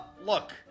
look